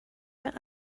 mehr